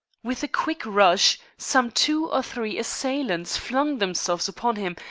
with a quick rush, some two or three assailants flung themselves upon him,